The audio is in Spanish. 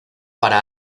para